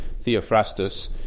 Theophrastus